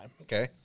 Okay